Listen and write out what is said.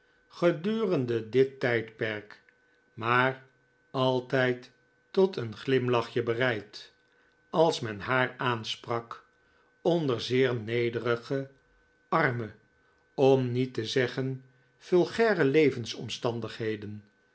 gedurende dit tijdperk maar altijd tot een glimlachje bereid als men haar aansprak onder zeer nederige arme om niet te zeggen vulgaire levensomstandigheden